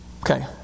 Okay